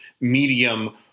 medium